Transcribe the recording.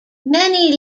many